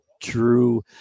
true